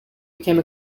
became